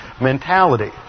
mentality